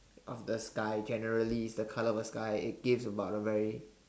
of the sky generally it's the colour of the sky it gives about a very